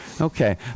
Okay